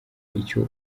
icyo